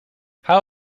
how